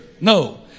No